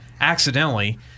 accidentally